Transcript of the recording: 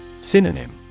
Synonym